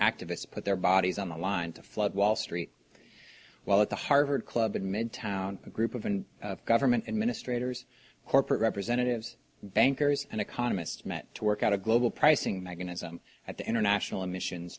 activists put their bodies on the line to flood wall street while at the harvard club in midtown a group of and government administrators corporate representatives bankers and economists met to work out a global pricing mechanism at the international emissions